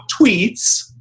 tweets